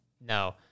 No